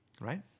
Right